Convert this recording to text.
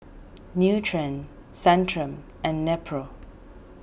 Nutren Centrum and Nepro